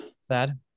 Sad